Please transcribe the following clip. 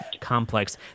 complex